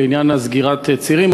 בעניין סגירת הצירים,